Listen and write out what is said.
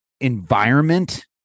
environment